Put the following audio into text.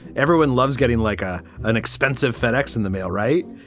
everyone loves getting like a an expensive fedex in the mail. right.